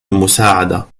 المساعدة